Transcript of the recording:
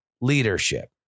leadership